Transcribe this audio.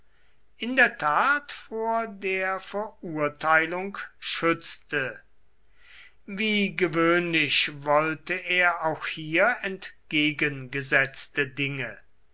in der tat vor der verurteilung schützte wie gewöhnlich wollte er auch hier entgegengesetzte dinge